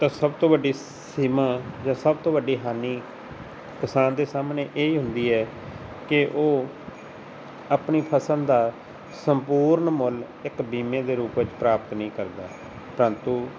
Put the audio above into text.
ਤਾਂ ਸਭ ਤੋਂ ਵੱਡੀ ਸੀਮਾ ਜਾਂ ਸਭ ਤੋਂ ਵੱਡੀ ਹਾਨੀ ਕਿਸਾਨ ਦੇ ਸਾਹਮਣੇ ਇਹ ਹੁੰਦੀ ਹੈ ਕਿ ਉਹ ਆਪਣੀ ਫ਼ਸਲ ਦਾ ਸੰਪੂਰਨ ਮੁੱਲ ਇੱਕ ਬੀਮੇ ਦੇ ਰੂਪ ਵਿੱਚ ਪ੍ਰਾਪਤ ਨਹੀਂ ਕਰਦਾ ਪ੍ਰੰਤੂ